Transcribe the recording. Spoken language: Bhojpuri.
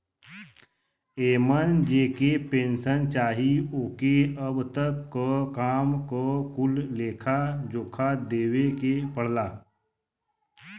एमन जेके पेन्सन चाही ओके अब तक क काम क कुल लेखा जोखा देवे के पड़ला